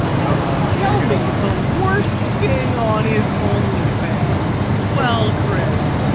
um ah um tell me the worst thing on his onlyfans. well, chris.